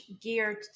geared